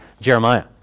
Jeremiah